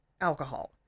alcohol